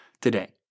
today